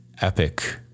epic